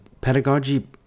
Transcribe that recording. pedagogy